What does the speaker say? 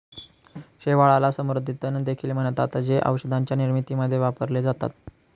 शेवाळाला समुद्री तण देखील म्हणतात, जे औषधांच्या निर्मितीमध्ये वापरले जातात